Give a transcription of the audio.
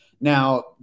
Now